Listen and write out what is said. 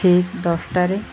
ଠିକ୍ ଦଶଟାରେ